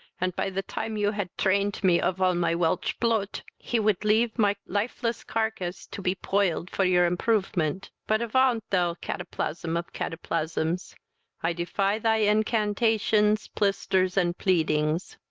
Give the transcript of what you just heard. and by the time you had trained me of all my welch ploot, he would leave my lifeless carcase to be poiled for your improvement but avaunt, thou cataplasm of cataplasms i defy thy incantations, plisters, and pleedings.